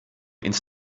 ins